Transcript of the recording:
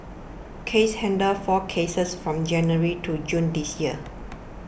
case handled four cases from January to June this year